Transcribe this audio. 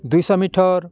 ଦୁଇଶହ ମିଟର